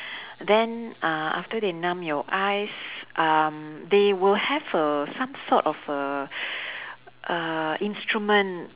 then uh after they numb your eyes um they will have a some sort of a uh instrument